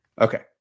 Okay